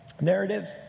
narrative